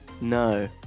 No